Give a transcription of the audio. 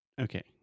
Okay